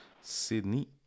Sydney